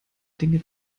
dinge